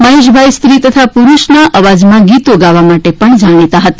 મહેશભાઈ સ્ત્રી તથા પુરૂષના અવાજમાં ગીતો ગાવા માટે પણ જાણીતા હતા